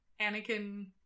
Anakin